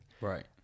Right